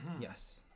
Yes